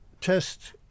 test